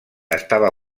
estava